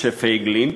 משה פייגלין.